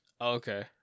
Okay